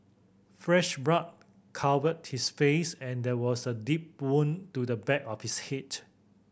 fresh blood covered his face and there was a deep wound to the back of his head